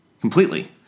Completely